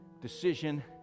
decision